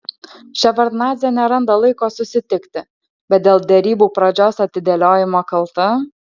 ševardnadzė neranda laiko susitikti bet dėl derybų pradžios atidėliojimo kalta